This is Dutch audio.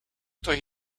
toch